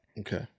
Okay